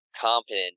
competent